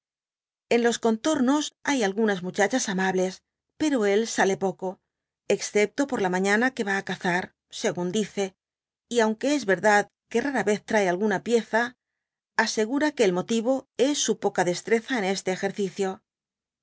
en los contorno hay adgunas mucha chas amables poro él sale poco excepto por la mañana que va á cazar según dice y aunque p verdad que rara vez trae alguna pieza asegura que el motivo es su poea destreza en este exercicio